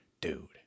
Dude